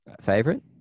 Favorite